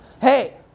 Hey